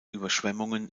überschwemmungen